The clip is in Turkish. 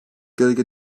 gölge